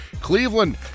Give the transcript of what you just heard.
Cleveland